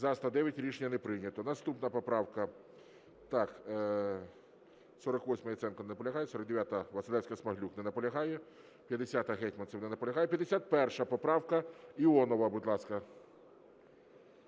За-109 Рішення не прийнято. Наступна поправка 48-а, Яценко. Не наполягає. 49-а, Василевська-Смаглюк. Не наполягає. 50-а, Гетманцев. Не наполягає. 51 поправка. Іонова, будь ласка.